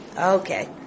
Okay